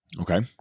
Okay